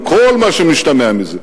עם כל מה שמשתמע מזה.